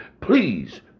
please